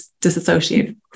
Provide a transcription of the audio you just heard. disassociate